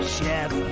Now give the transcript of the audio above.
Chef